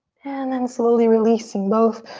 and then slowly releasing both.